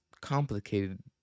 complicated